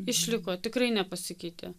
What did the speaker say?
išliko tikrai nepasikeitė